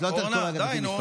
את לא יכולה בכל רגע משפט.